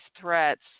threats